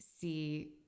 see